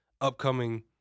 upcoming